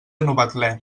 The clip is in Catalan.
novetlè